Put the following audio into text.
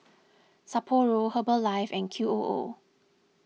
Sapporo Herbalife and Qoo